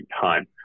time